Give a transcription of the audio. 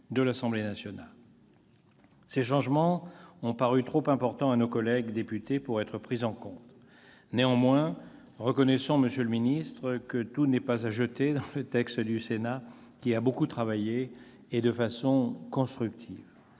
de l'Assemblée nationale. Ces changements ont paru trop importants à nos collègues députés pour être pris en compte. Reconnaissons néanmoins, monsieur le secrétaire d'État, que tout n'est pas à jeter dans ce texte du Sénat, qui a beaucoup travaillé, et de façon constructive.